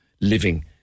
living